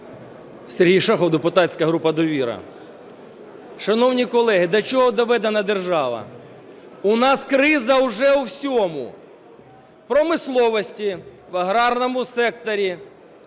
Сергій Шахов, депутатська група "Довіра". Шановні колеги, до чого доведена держава! У нас криза уже у всьому: в промисловості, в аграрному секторі,